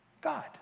God